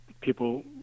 people